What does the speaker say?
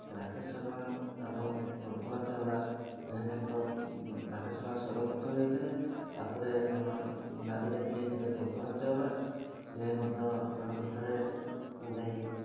ସେ ରାକେଶ ଶର୍ମା ଏବଂ କଳ୍ପନା ଚାୱଲା ଦୁହେଁଯାକ ଏକ ରାକେଶ ଶର୍ମା ସର୍ବପ୍ରଥମେ ଯାଇଥିଲେ ତା'ପରେ ଆମ ନାରୀ ଜାତି ଯାଇଥିଲେ କଳ୍ପନା ଚାୱଲା ସେ ମଧ୍ୟ ଚନ୍ଦ୍ରପୃଷ୍ଠରେ ଯାଇ